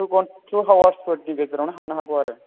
थु गन थु आवार्सफोरनि गेजेरावनो हाबनो हागौ आरो